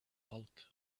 bulk